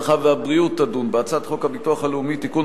הרווחה והבריאות תדון בהצעת חוק הביטוח הלאומי (תיקון,